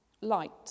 Light